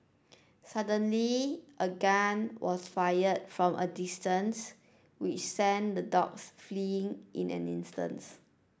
suddenly a gun was fired from a distance which sent the dogs fleeing in an instance